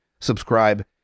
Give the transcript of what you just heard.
Subscribe